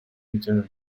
returns